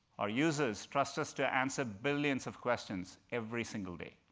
our users trust us to answer billions of questions every single day,